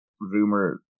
Rumor